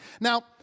Now